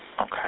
Okay